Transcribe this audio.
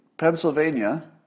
Pennsylvania